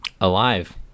Alive